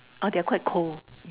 ah they're quite cold